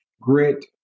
grit